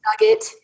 nugget